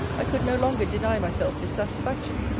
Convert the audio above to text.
i could no longer deny myself this satisfaction.